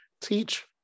teach